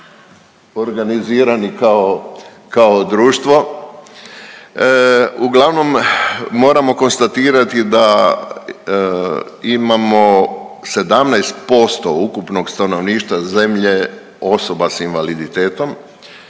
organizirani kao društvo. Uglavnom moramo konstatirati da imamo 17% ukupnog stanovništva zemlje osoba sa invaliditetom.